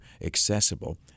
accessible